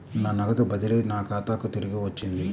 నా నగదు బదిలీ నా ఖాతాకు తిరిగి వచ్చింది